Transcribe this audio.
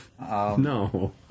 No